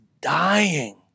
dying